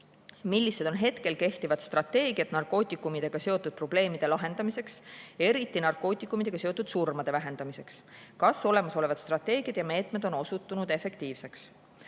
"Millised on hetkel kehtivad strateegiad narkootikumidega seotud probleemide lahendamiseks, eriti narkootikumidega seotud surmade vähendamiseks? Kas olemasolevad strateegiad ja meetmed on osutunud efektiivseteks?"